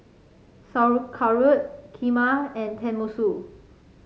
Sauerkraut Kheema and Tenmusu